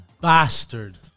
bastard